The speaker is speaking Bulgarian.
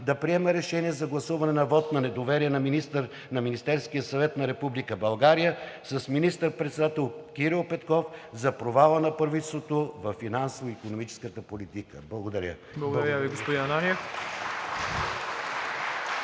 да приеме решение за гласуване вот на недоверие на Министерския съвет на Република България с министър-председател Кирил Петков за провала на правителството във финансово-икономическата политика. Благодаря.